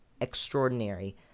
extraordinary